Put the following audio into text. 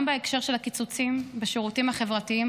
גם בהקשר של הקיצוצים בשירותים החברתיים